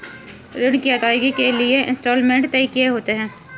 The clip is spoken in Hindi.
ऋण की अदायगी के लिए इंस्टॉलमेंट तय किए होते हैं